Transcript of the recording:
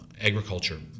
agriculture